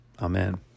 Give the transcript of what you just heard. Amen